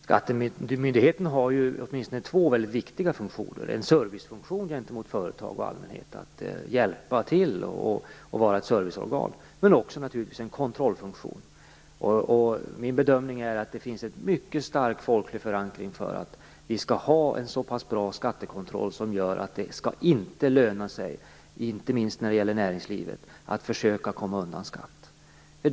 Herr talman! Skattemyndigheten har åtminstone två väldigt viktiga funktioner, nämligen att vara en servicefunktion gentemot företag och allmänhet men naturligtvis också en kontrollfunktion. Min bedömning är att det finns en mycket stark folklig förankring för att vi skall ha en så pass bra skattekontroll som gör att det inte skall löna sig, inte minst för näringslivet, att försöka komma undan skatt.